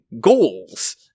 goals